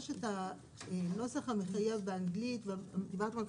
יש הנוסח המחייב באנגלית, ודיברנו על זה